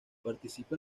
participa